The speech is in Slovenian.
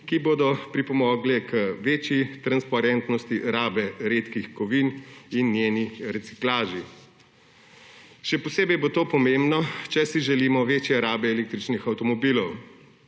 ki bo pripomogla k večji transparentnosti rabe redkih kovin in njihovi reciklaži. Še posebej bo to pomembno, če si želimo večje rabe električnih avtomobilov.